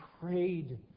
prayed